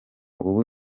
ubu